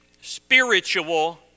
spiritual